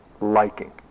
liking